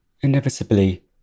Inevitably